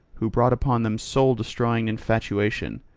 who brought upon them soul destroying infatuation.